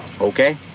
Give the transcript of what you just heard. okay